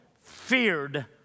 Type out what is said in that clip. feared